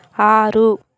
ఆరు